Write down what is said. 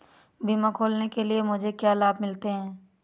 बीमा खोलने के लिए मुझे क्या लाभ मिलते हैं?